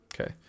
Okay